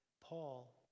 Paul